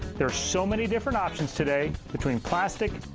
there are so many different options today between plastic,